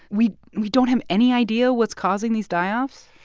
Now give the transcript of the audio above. we don't have any idea what's causing these die-offs?